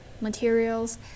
materials